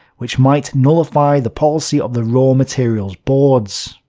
which might nullify the policy of the raw material boards.